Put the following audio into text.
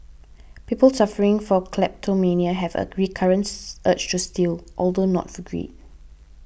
people suffering from kleptomania have a recurrent urge to steal although not for greed